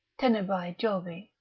tenebrae jovi.